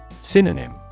Synonym